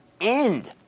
end